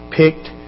picked